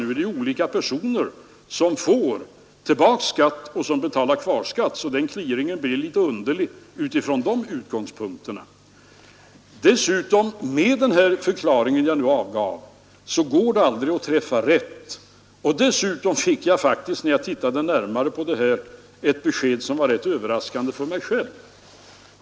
Men det är ju olika personer som får tillbaka skatt och som betalar kvarskatt, och utifrån de utgångspunkterna skulle en sådan clearing bli litet underlig. Med den förklaring jag nu avgav går det heller aldrig att träffa rätt. Dessutom fick jag faktiskt när jag tittade närmare på detta ett besked som var rätt överraskande för mig själv.